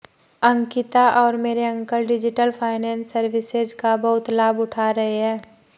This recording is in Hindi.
अंकिता और मेरे अंकल डिजिटल फाइनेंस सर्विसेज का बहुत लाभ उठा रहे हैं